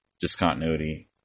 discontinuity